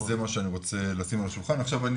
זה מה שאני רוצה לשים על השולחן ועכשיו אני